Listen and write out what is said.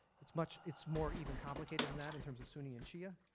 it's much it's more even complicated than that in terms of sunni and shia,